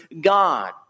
God